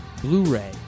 Blu-ray